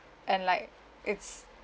and like it's